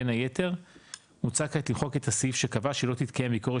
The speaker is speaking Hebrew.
בן היתר מוצע כעת למחוק את הסעיף שקבע שלא תתקיים ביקורת